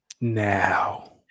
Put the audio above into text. Now